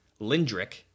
Lindrick